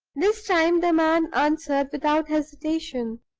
this time the man answered without hesitation,